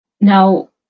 now